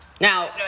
now